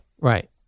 Right